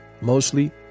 mostly